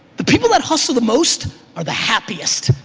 the people that hustle the most are the happiest,